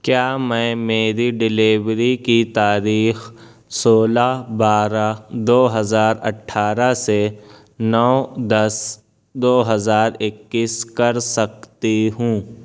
کیا میں میری ڈیلیوری کی تاریخ سولہ بارہ دو ہزار اٹھارہ سے نو دس دو ہزار اکیس کر سکتی ہوں